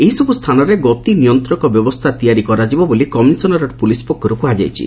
ଏହିସବୁ ସ୍ଥାନରେ ଗତି ନିୟନ୍ତକ ବ୍ୟବସ୍ଷା ତିଆରି କରାଯିବ ବୋଲି କମିଶନରେଟ୍ ପୁଲିସ ପକ୍ଷରୁ କୁହାଯାଇଛି